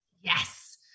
Yes